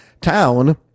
town